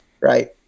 right